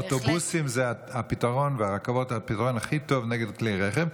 כשהאוטובוסים זה הפתרון והרכבות הן הפתרון הכי טוב נגד כלי רכב.